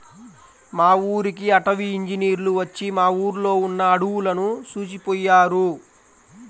మా ఊరికి అటవీ ఇంజినీర్లు వచ్చి మా ఊర్లో ఉన్న అడువులను చూసిపొయ్యారు